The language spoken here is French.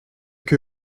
que